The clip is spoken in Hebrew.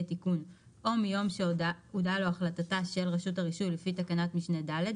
התיקון או מיום שהודעה לו החלטתה של רשות הרישוי לפי תקנת משנה (ד),